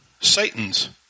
Satan's